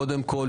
קודם כל,